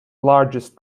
largest